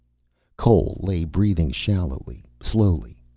cole lay, breathing shallowly, slowly.